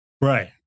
Right